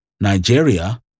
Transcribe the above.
Nigeria